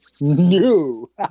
New